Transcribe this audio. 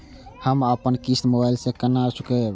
हम अपन किस्त मोबाइल से केना चूकेब?